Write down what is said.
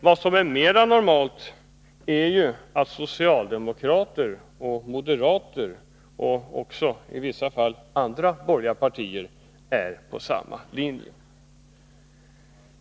Vad som är mera normalt är ju att socialdemokrater och moderater, och i vissa fall också andra borgerliga partier, är på samma linje.